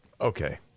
Okay